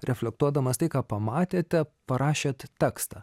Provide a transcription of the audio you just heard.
reflektuodamas tai ką pamatėte parašėt tekstą